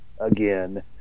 again